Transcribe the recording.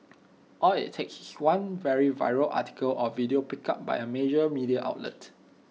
all IT takes is one very viral article or video picked up by A major media outlet